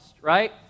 right